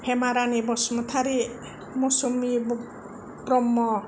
Hema Rani Basumatary Mousumi Brahma